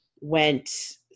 went